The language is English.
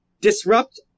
Disrupt